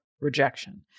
rejection